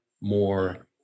more